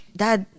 dad